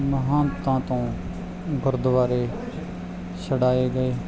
ਮਹਾਨਤਾਂ ਤੋਂ ਗੁਰਦੁਆਰੇ ਛੜਾਏ ਗਏ